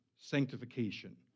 sanctification